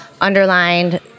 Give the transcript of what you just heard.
underlined